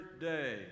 day